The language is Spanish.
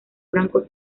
blanco